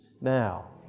now